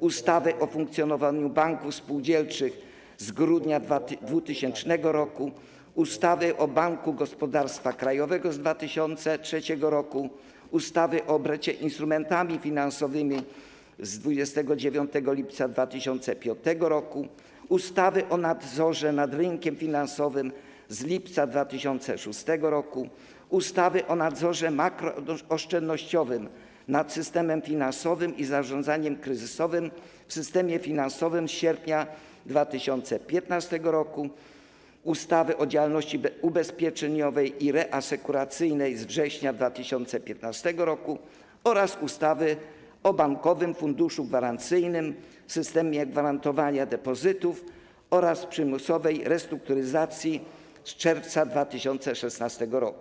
ustawy o funkcjonowaniu banków spółdzielczych z grudnia 2000 r., ustawy o Banku Gospodarstwa Krajowego z 2003 r., ustawy o obrocie instrumentami finansowymi z 29 lipca 2005 r., ustawy o nadzorze nad rynkiem finansowym z lipca 2006 r., ustawy o nadzorze makroostrożnościowym nad systemem finansowym i zarządzaniu kryzysowym w systemie finansowym z sierpnia 2015 r., ustawy o działalności ubezpieczeniowej i reasekuracyjnej z września 2015 r. oraz ustawy o Bankowym Funduszu Gwarancyjnym, systemie gwarantowania depozytów oraz przymusowej restrukturyzacji z czerwca 2016 r.